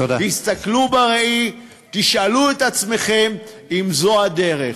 תסתכלו בראי תשאלו את עצמכם אם זאת הדרך.